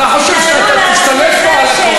איך הוא מדבר ליושב-ראש?